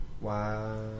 Wow